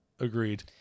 Agreed